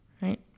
right